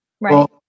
Right